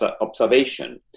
observation